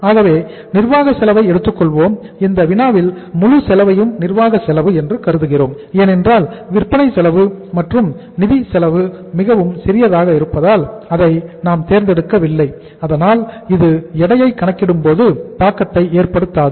ஆகவே நிர்வாக செலவை எடுத்துக்கொள்வோம் இந்த வினாவில் முழு செலவையும் நிர்வாக செலவு என்று கருதுகிறோம் ஏனென்றால் விற்பனை செலவு மற்றும் நிதி செலவு மிகவும் சிறியதாக இருப்பதால் அதை நாம் தேர்ந்தெடுக்கவில்லை அதனால் இது எடையை கணக்கிடும்போது தாக்கத்தை ஏற்படுத்தாது